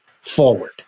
forward